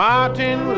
Martin